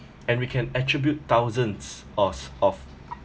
and we can attribute thousands of of